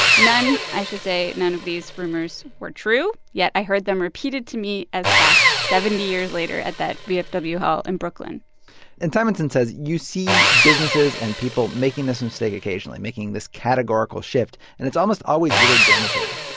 none, i should say none of these rumors were true, yet i heard them repeated to me as fact seventy years later at that vfw hall in brooklyn and simonsohn says you see businesses and people making this mistake occasionally, making this categorical shift, and it's almost always really damaging.